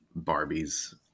Barbies